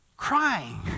crying